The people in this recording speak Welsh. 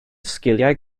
sgiliau